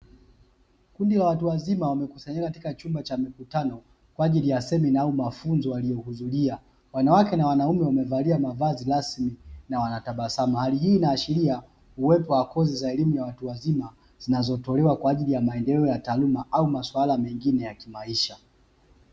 kundi la watu wazima, wamekusanyika katika chumba cha mkutano kwa ajili ya semina au mafunzo waliohudhuria. Wanawake na wanaume wamevalia mavazi rasmi na wanatabasamu. Hali hii inaashiria uwepo wa kozi za elimu ya watu wazima zinazotolewa kwa ajili ya maendeleo ya taaluma au masuala mengine ya kimaisha.